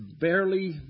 barely